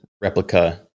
replica